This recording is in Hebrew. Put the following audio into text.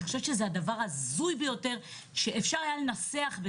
אני חושבת שזה דבר הזוי ביותר שאפשר היה לנסח.